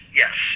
yes